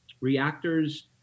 reactors